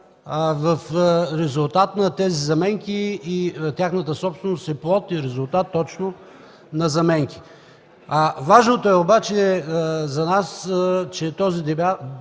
в резултат на заменките. Тяхната собственост е плод и резултат точно на заменките. Важното обаче за нас е, че този дебат